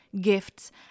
Gifts